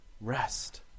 rest